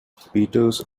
peters